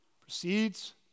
proceeds